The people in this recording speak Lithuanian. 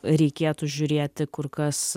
reikėtų žiūrėti kur kas